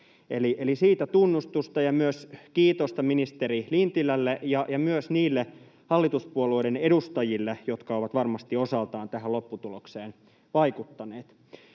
siitä tunnustusta ja kiitosta ministeri Lintilälle ja myös niille hallituspuolueiden edustajille, jotka ovat varmasti osaltaan tähän lopputulokseen vaikuttaneet.